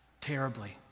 terribly